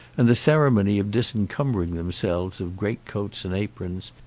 and the ceremony of disencumbering themselves of great coats and aprons,